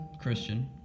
Christian